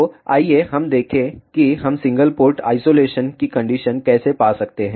तो आइए देखें कि हम सिंगल पोर्ट ऑसिलेशन की कंडीशन कैसे पा सकते हैं